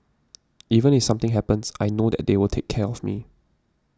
even if something happens I know that they will take care of me